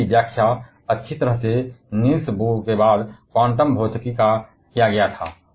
इसके बाद Niels Bohr की व्याख्या क्वांटम भौतिकी अच्छी तरह से क्वांटम भौतिकी के बाद हुई